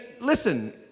listen